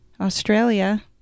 Australia